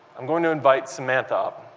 i'm going to invite samantha up.